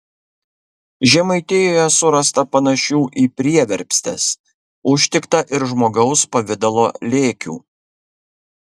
žemaitijoje surasta panašių į prieverpstes užtikta ir žmogaus pavidalo lėkių